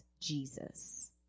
Jesus